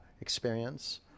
experience